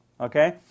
okay